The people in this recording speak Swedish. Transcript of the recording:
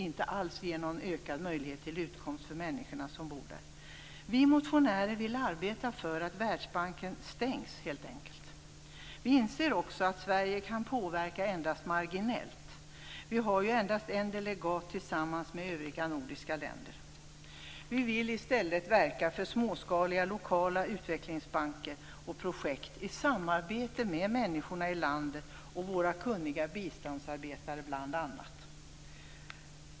Det blir ingen möjlighet till ökad utkomst för människorna som bor där. Vi motionärer vill arbeta för att Världsbanken stängs. Vi inser också att Sverige kan påverka endast marginellt. Det finns endast en delegat som vi delar tillsammans med de övriga nordiska länderna. Vi vill i stället verka för småskaliga lokala utvecklingsbanker och projekt i samarbete med människorna i landet i fråga och våra kunniga biståndsarbetare.